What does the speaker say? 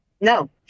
No